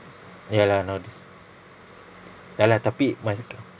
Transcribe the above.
ya lah nowadays ya lah tapi mak cakap